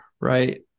right